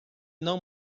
não